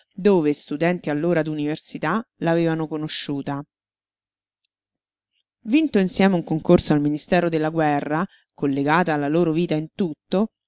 dove studenti allora d'università l'avevano conosciuta vinto insieme un concorso al ministero della guerra collegata la loro vita in tutto